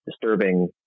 disturbing